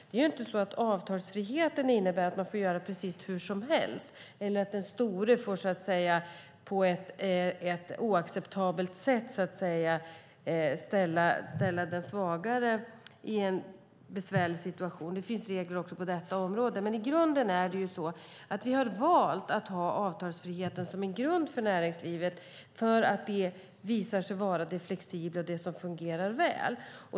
Det är ju inte så att avtalsfriheten innebär att man får göra precis hur som helst eller att den store på ett oacceptabelt sätt får ställa den svagare i en besvärlig situation. Det finns regler också på detta område. I grunden är det dock så att vi har valt att ha avtalsfriheten som en grund för näringslivet för att det visar sig vara det flexibla och det som fungerar väl.